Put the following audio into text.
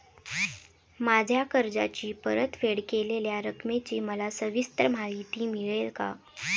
माझ्या कर्जाची परतफेड केलेल्या रकमेची मला सविस्तर माहिती मिळेल का?